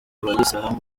bayisilamu